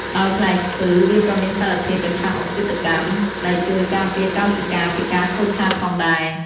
ដោយផ្លែស្ពឺ វាក៏មានសារធាតុប្រឆាំងអុកស៊ីតកម្ម ដែលជួយការពារកោសិកាពីការខូចខាតផងដែរ។